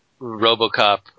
RoboCop